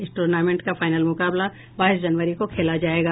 इस टूर्नामेंट का फाइनल मुकाबला बाईस जनवरी को खेला जायेगा